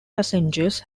passengers